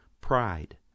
pride